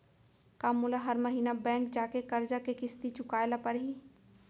का मोला हर महीना बैंक जाके करजा के किस्ती चुकाए ल परहि?